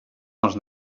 els